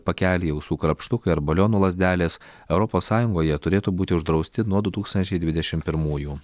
pakeliai ausų krapštukai ar balionų lazdelės europos sąjungoje turėtų būti uždrausti nuo du tūkstančiai dvidešim pirmųjų